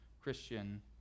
christian